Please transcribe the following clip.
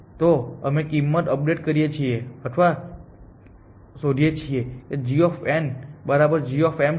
તો અમે કિંમત અપડેટ કરીએ અથવા શોધીએ કે g બરાબર g છે